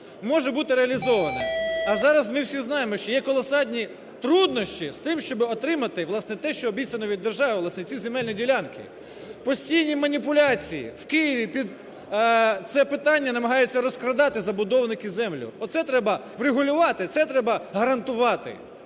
може бути реалізоване. А зараз ми всі знаємо, що колосальні труднощі з тим, щоби отримати, власне, те, що обіцяно від держави – власне, ці земельні ділянки. Постійні маніпуляції, в Києві під це питання намагаються розкрадати забудовники землю, оце треба врегулювати, це треба гарантувати,